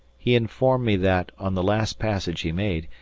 he informed me that, on the last passage he made,